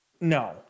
No